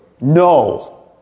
no